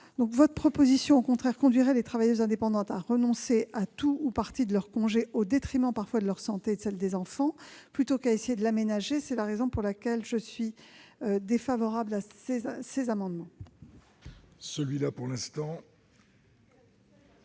contraire, conduirait les travailleuses indépendantes à renoncer à tout ou partie de leur congé, au détriment parfois de leur santé et de celle des enfants, plutôt qu'à essayer de l'aménager. C'est la raison pour laquelle je sollicite le retrait de cet amendement. À défaut,